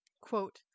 quote